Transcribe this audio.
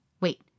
Wait